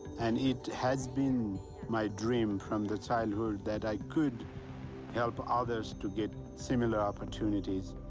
and it has been my dream from the childhood that i could help others to get similar opportunities,